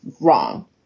wrong